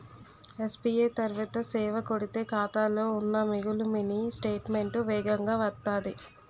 SBI త్వరిత సేవ కొడితే ఖాతాలో ఉన్న మిగులు మినీ స్టేట్మెంటు వేగంగా వత్తాది